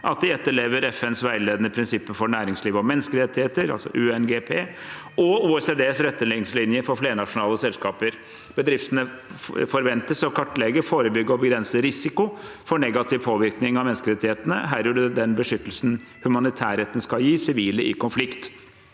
at de etterlever FNs veiledende prinsipper for næringsliv og menneskerettigheter, altså UNGP, og OECDs retningslinjer for flernasjonale selskaper. Bedriftene forventes å kartlegge, forebygge og begrense risiko for negativ påvirkning av menneskerettighetene, herunder den beskyttelsen humanitærretten skal gi sivile i konflikt.